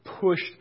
pushed